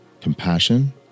compassion